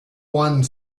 one